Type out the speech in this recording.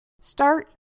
Start